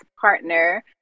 partner